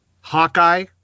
Hawkeye